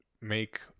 make